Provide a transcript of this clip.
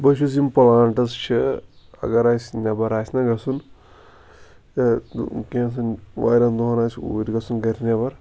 بہٕ چھُس یِم پُلانٛٹٕس چھِ اَگر اَسہِ نؠبَر آسہِ نا گَژھُن کیٚژَن واریاہَن دۄہَن آسہِ اوٗرۍ گَژُھن گَرِ نؠبَر